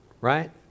Right